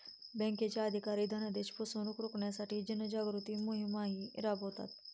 बँकांचे अधिकारी धनादेश फसवणुक रोखण्यासाठी जनजागृती मोहिमाही राबवतात